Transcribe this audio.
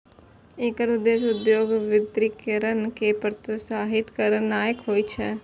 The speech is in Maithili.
एकर उद्देश्य उद्योगक विकेंद्रीकरण कें प्रोत्साहित करनाय होइ छै